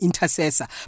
intercessor